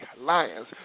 lions